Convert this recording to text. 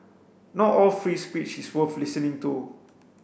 not all free speech is worth listening to